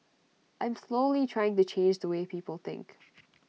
I'm slowly trying to change the way people think